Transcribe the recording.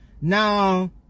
Now